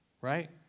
right